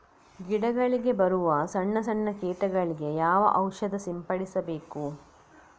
ಗಿಡಗಳಿಗೆ ಬರುವ ಸಣ್ಣ ಸಣ್ಣ ಕೀಟಗಳಿಗೆ ಯಾವ ಔಷಧ ಸಿಂಪಡಿಸಬೇಕು?